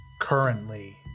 currently